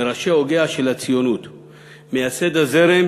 מראשי הוגיה של הציונות, מייסד הזרם